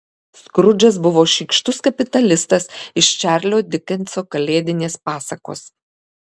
skrudžas buvo šykštus kapitalistas iš čarlzo dikenso kalėdinės pasakos